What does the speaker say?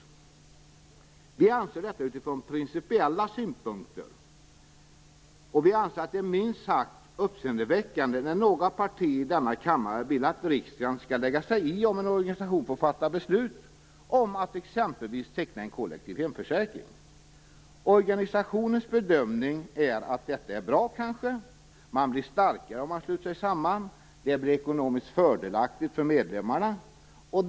Vi socialdemokrater anser att det utifrån principiella synpunkter är minst sagt uppseendeväckande när några partier i denna kammare vill att riksdagen skall lägga sig i om en organisation får fatta beslut om att exempelvis teckna en kollektiv hemförsäkring. Organisationens bedömning är att detta är bra. Man blir starkare om man sluter sig samman och det blir ekonomiskt fördelaktigt för medlemmarna.